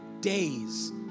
days